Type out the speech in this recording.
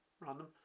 Random